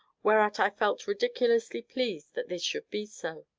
whereat i felt ridiculously pleased that this should be so.